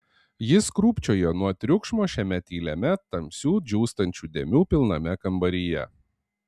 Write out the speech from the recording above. jis krūpčiojo nuo triukšmo šiame tyliame tamsių džiūstančių dėmių pilname kambaryje